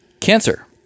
Cancer